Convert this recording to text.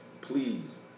Please